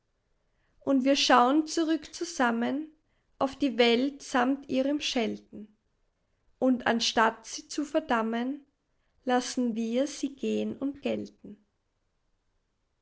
und wir schaun zurück zusammen auf die welt samt ihrem schelten und anstatt sie zu verdammen lassen wir sie gehn und gelten